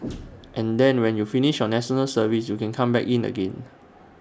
and then when you finish your National Service you can come back in again